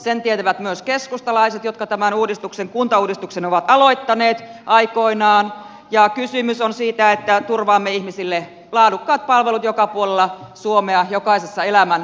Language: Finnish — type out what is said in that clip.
sen tietävät myös keskustalaiset jotka tämän uudistuksen kuntauudistuksen ovat aloittaneet aikoinaan ja kysymys on siitä että turvaamme ihmisille laadukkaat palvelut joka puolella suomea jokaisessa elämänvaiheessa